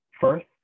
First